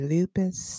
Lupus